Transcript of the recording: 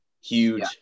huge